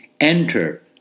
enter